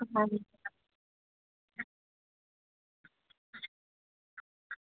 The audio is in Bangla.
হ্যাঁ